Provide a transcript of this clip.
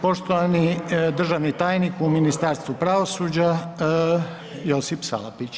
Poštovani državni tajnik u Ministarstvu pravosuđa Josip Salapić.